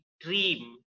dream